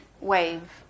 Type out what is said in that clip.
wave